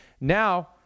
Now